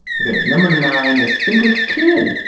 okay, number nine is, think like a kid.